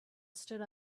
stood